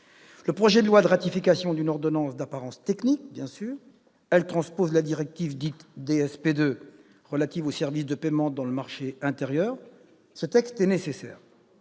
le projet de loi de ratification d'une ordonnance d'apparence technique, laquelle transpose la directive dite « DSP 2 », relative aux services de paiement dans le marché intérieur. Ce texte est nécessaire,